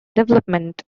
development